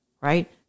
Right